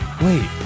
Wait